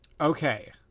Okay